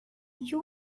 you